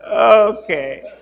Okay